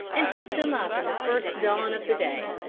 and took them up in the first dawn of the day.